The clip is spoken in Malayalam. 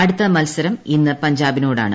അടുത്തു മൃത്സരം ഇന്ന് പഞ്ചാബിനോടാണ്